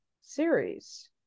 series